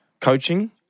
coaching